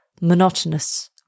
monotonous